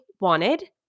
wanted